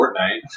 Fortnite